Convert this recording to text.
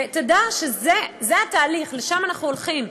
ותדע שזה התהליך, לשם אנחנו הולכים.